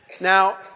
Now